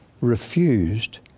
refused